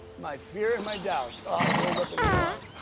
my fear and my doubts, all rolled up into one.